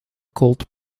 called